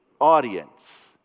audience